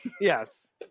Yes